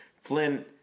Flynn